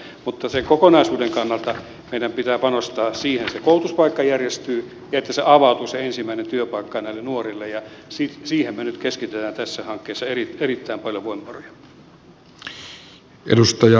mutta sen kokonaisuuden kannalta meidän pitää panostaa siihen että se koulutuspaikka järjestyy ja että avautuu se ensimmäinen työpaikka näille nuorille ja siihen me nyt keskitämme tässä hankkeessa erittäin paljon voimavaroja